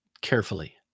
carefully